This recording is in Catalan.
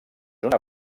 una